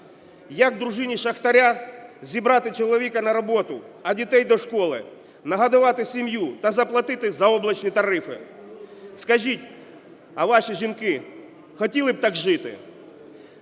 Як дружині шахтаря зібрати чоловіка на роботу, а дітей до школи, нагодувати сім'ю та заплатити заоблачні тарифи? Скажіть, а ваші жінки хотіли б так жити?